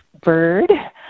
bird